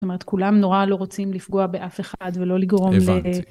זאת אומרת, כולם נורא לא רוצים לפגוע באף אחד ולא לגרום... הבנתי.